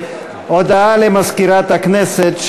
הודעה למזכירת הכנסת,